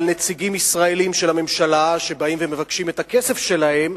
נציגים ישראלים של הממשלה שבאים ומבקשים את הכסף שלהם,